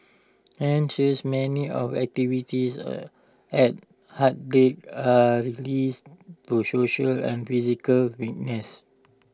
hence many of the activities A at heartbeat are related to social and physical wellness